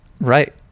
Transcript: Right